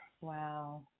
Wow